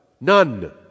None